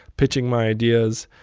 pitching my ideas.